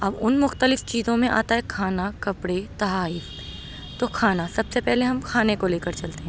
اب ان مختلف چیزوں میں آتا ہے کھانا کپڑے تحائف تو کھانا سب سے پہلے ہم کھانے کو لے کر چلتے ہیں